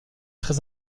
très